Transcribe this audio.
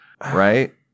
right